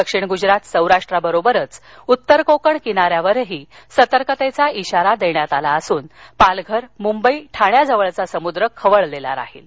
दक्षिण गुजरात सौराष्ट्रासोबत उत्तर कोकण किनाऱ्यावरही सतर्कतेचा इशारा देण्या आला असून पालघर मबई ठाण्याजवळचा समुद्र खवळलेला राहील